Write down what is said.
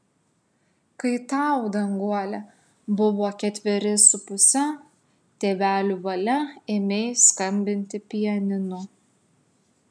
kai tau danguole buvo ketveri su puse tėvelių valia ėmei skambinti pianinu